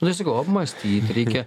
nu tai sakau apmąstyt reikia